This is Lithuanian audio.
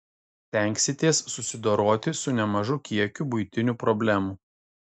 stengsitės susidoroti su nemažu kiekiu buitinių problemų